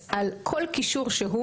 שלוחצים על כל קישור שהוא